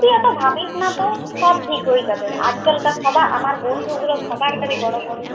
তুই এত ভাবিস না তো সব ঠিক হয়ে যাবে আজকালকার সবার আমার বন্ধুগুলোর সবার খালি বড়ো বড়ো